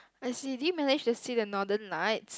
I see did you manage to see the northern night